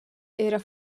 era